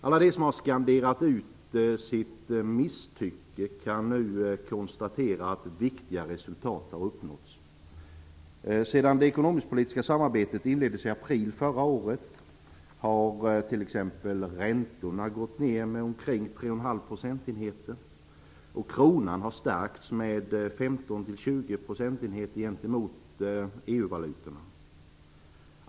Alla de som har skanderat ut sitt misstycke kan nu konstatera att viktiga resultat har uppnåtts. Sedan det ekonomisk-politiska samarbetet inleddes i april förra året har t.ex. räntorna gått ned med omkring 3,5 procentenheter och kronan stärkts med 15-20 procentenheter gentemot EU-valutorna.